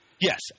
Yes